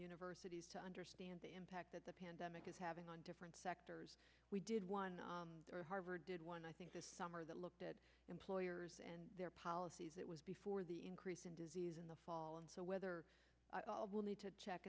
universities to understand the impact that the pandemic is having on different sectors we did one harvard did one i think this summer that looked at employers and their policies it was before the increase in disease in the fall and so whether will need to check